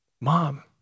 Mom